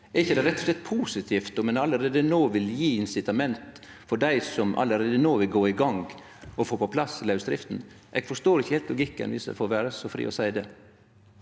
Er det ikkje rett og slett positivt om ein gjev insitament for dei som allereie no vil gå i gang og få på plass lausdrift? Eg forstår ikkje heilt logikken – om eg får vere så fri å seie det.